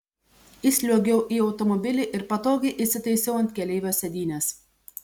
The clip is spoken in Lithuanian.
įsliuogiau į automobilį ir patogiai įsitaisiau ant keleivio sėdynės